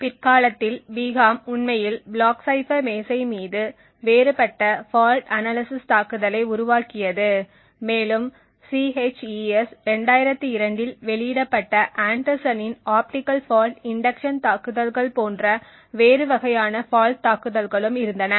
பிற்காலத்தில் பிஹாம் உண்மையில் block cipher மேசை மீது வேறுபட்ட ஃபால்ட் அனாலிசிஸ் தாக்குதலை உருவாக்கியது மேலும் CHES 2002 இல் வெளியிடப்பட்ட ஆண்டர்சனின் ஆப்டிகல் ஃபால்ட் இண்டக்ஷன் தாக்குதல்கள் போன்ற வேறு வகையான ஃபால்ட் தாக்குதல்களும் இருந்தன